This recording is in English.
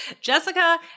Jessica